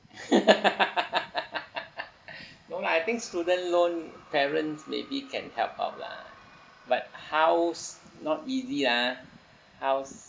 no lah I think student loan parents maybe can help out lah but house not easy ah house